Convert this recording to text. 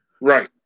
Right